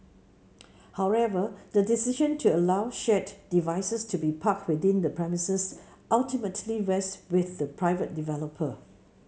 however the decision to allow shared devices to be parked within the premises ultimately rests with the private developer